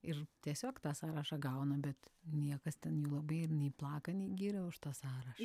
ir tiesiog tą sąrašą gauna bet niekas ten jų labai nei plakant giria už tą sarašą